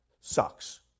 sucks